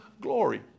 glory